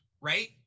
right